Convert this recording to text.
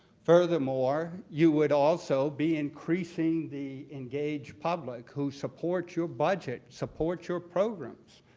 furthermore, you would also be increasing the engaged public who support your budget, support your programs,